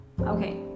Okay